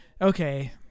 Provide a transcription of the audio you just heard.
Okay